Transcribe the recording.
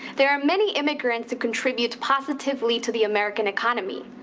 there are many immigrants who contribute positively to the american economy,